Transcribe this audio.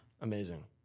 amazing